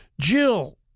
Jill